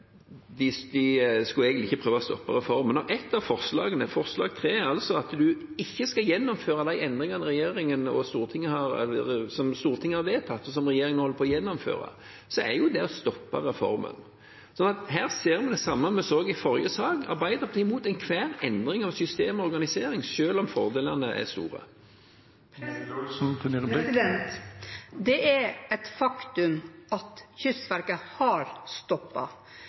bra. De skulle egentlig ikke prøve å stoppe reformen, men når ett av forslagene, forslag nr. 3, går ut på at man ikke skal gjennomføre de endringene som Stortinget har vedtatt, og som regjeringen holder på å gjennomføre, så er jo det å stoppe reformen. Så her ser vi det samme vi så i forrige sak: Arbeiderpartiet er mot enhver endring av system og organisering, selv om fordelene er store. Det er et faktum at Kystverket har